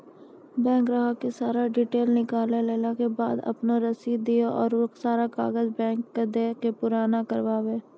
Bank ग्राहक के सारा डीटेल निकालैला के बाद आपन रसीद देहि और सारा कागज बैंक के दे के पुराना करावे?